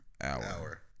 Hour